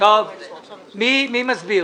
מי מסביר?